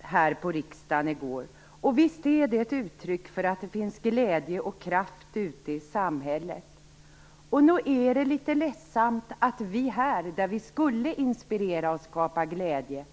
här på riksdagen i går, Karin Pilsäter. Visst är det ett uttryck för att det finns glädje och kraft ute i samhället. Och nog är det litet ledsamt att vi här, där vi skulle inspirera och skapa glädje,